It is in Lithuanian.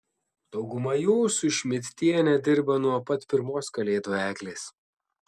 dauguma jų su šmidtiene dirba nuo pat pirmos kalėdų eglės